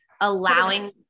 allowing